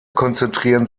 konzentrieren